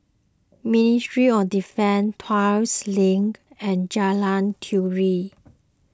Ministry of Defence Tuas Link and Jalan Turi